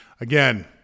Again